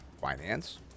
finance